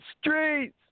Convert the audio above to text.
Streets